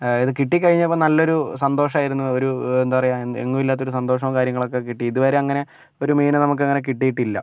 അതായത് കിട്ടിക്കഴിഞ്ഞപ്പോൾ നല്ലൊരു സന്തോഷമായിരുന്നു ഒരു എന്താ പറയുക എങ്ങും ഇല്ലാത്തൊരു സന്തോഷവും കാര്യങ്ങളൊക്കെ കിട്ടി ഇതുവരെ അങ്ങനെ ഒരു മീനിനെ നമുക്കങ്ങനെ കിട്ടിയിട്ടില്ല